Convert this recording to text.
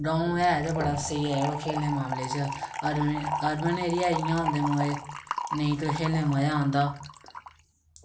गांव ऐ गै बड़ा स्हेई ऐ यरो खेलने दे मामले च अर्बन अर्बन एरिया इ'यां होंदे मोए नेईं कोई खेलने दा मज़ा औंदा